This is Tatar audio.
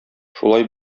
шулай